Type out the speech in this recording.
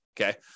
okay